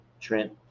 Trent